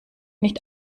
nicht